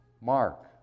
Mark